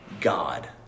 God